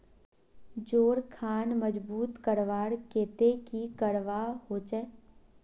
जोड़ खान मजबूत करवार केते की करवा होचए?